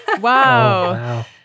Wow